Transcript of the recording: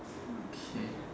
okay